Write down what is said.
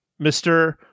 Mr